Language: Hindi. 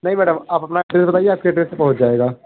नहीं मैडम आप अपना एड्रेस बताइए आपके एड्रेस पर पहुँच जाएगा